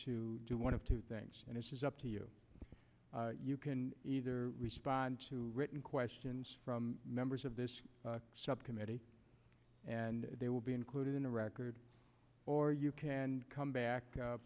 to do one of two things and it is up to you you can either respond to written questions from members of this subcommittee and they will be included in the record or you can come back